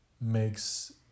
makes